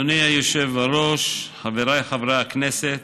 אדוני היושב-בראש, חבריי חברי הכנסת,